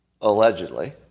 allegedly